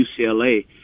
UCLA